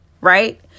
right